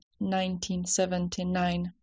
1979